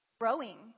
growing